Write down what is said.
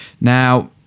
Now